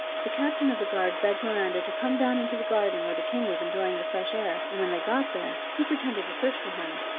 the captain of the guard begged miranda to come down into the garden where the king was enjoying the fresh air, and when they got there, he pretended to search for him,